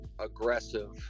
aggressive